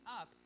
up